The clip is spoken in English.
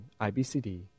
IBCD